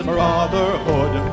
Brotherhood